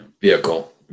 vehicle